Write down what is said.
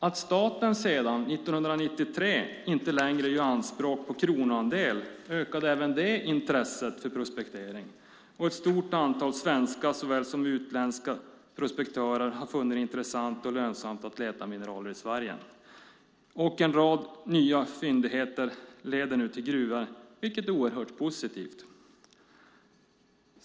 Att staten sedan 1993 inte längre gör anspråk på kronandel ökade även det intresset för prospektering, och ett stort antal svenska såväl som utländska prospektörer har funnit det intressant och lönsamt att leta mineraler i Sverige. En rad nya fyndigheter leder nu till gruvor, vilket är oerhört positivt.